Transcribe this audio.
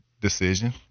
decision